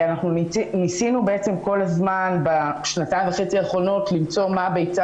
אנחנו ניסינו בעצם כל הזמן בשנתיים וחצי האחרונות למצוא מה הביצה